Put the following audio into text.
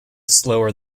slower